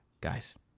Guys